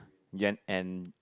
and and